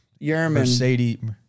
Mercedes